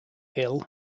hill